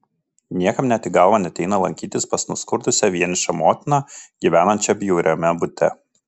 niekam net į galvą neateina lankytis pas nuskurdusią vienišą motiną gyvenančią bjauriame bute